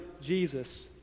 Jesus